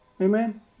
Amen